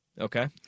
Okay